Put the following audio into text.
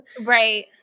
Right